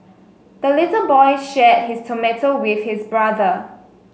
the little boy shared his tomato with his brother